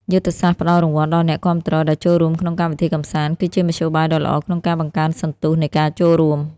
យុទ្ធសាស្ត្រផ្ដល់រង្វាន់ដល់អ្នកគាំទ្រដែលចូលរួមក្នុងកម្មវិធីកម្សាន្ត គឺជាមធ្យោបាយដ៏ល្អក្នុងការបង្កើនសន្ទុះនៃការចូលរួម។